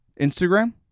Instagram